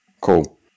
cool